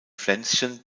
pflänzchen